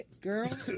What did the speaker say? Girl